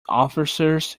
officers